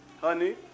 honey